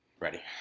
Ready